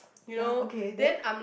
ya okay then